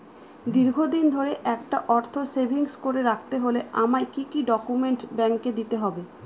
দীর্ঘদিন ধরে একটা অর্থ সেভিংস করে রাখতে হলে আমায় কি কি ডক্যুমেন্ট ব্যাংকে দিতে হবে?